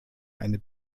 eine